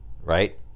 right